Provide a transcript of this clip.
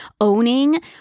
owning